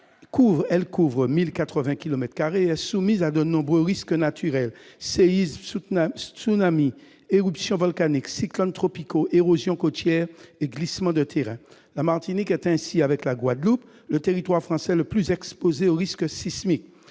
Elle couvre 1 080 kilomètres carrés et est soumise à de nombreux risques naturels : séismes, tsunamis, éruptions volcaniques, cyclones tropicaux, érosion côtière et glissements de terrain. La Martinique est ainsi, avec la Guadeloupe, le territoire français le plus exposé au risque sismique.